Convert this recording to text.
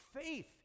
faith